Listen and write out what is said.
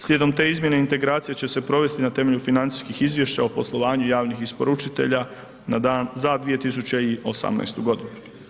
Slijedom te izmjene integracije će se provesti na temelju financijskih izvješća o poslovanju javnih isporučitelja na dan, za 218. godinu.